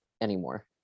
anymore